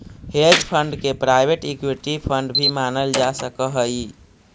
hedge fund के private equity fund भी मानल जा सकऽ हई